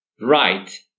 Right